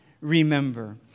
remember